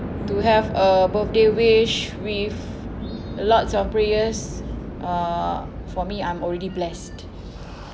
to have a birthday wish with lots of prayers uh for me I'm already blessed